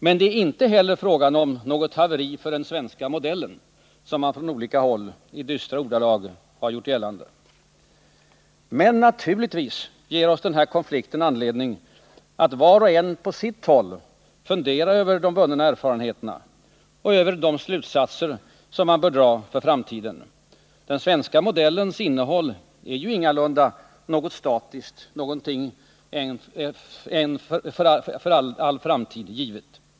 Men det är inte heller fråga om något haveri för den svenska modellen, som man från olika håll i dystra ordalag har gjort gällande. Naturligtvis ger oss den här konflikten anledning att var och en på sitt håll fundera över de vunna erfarenheterna och över de slutsatser som bör dras för framtiden. Den svenska modellen är ingalunda något statiskt och en gång för all framtid givet.